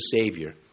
Savior